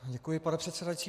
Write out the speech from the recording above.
Děkuji, pane předsedající.